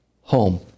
home